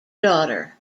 daughter